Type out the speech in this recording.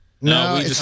No